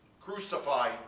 crucified